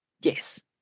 Yes